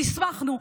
נסמכנו.